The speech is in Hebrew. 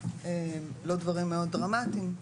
לא דברים מאוד דרמטיים,